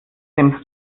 dem